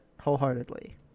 wholeheartedly